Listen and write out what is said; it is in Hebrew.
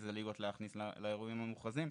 אילו ליגות להכניס לאירועים המוכרזים.